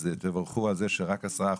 אז תבורכו על זה שרק 10%,